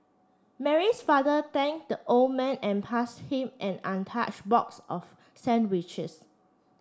Mary's father thanked the old man and passed him an untouched box of sandwiches